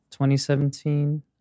2017